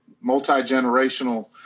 multi-generational